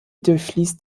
durchfließt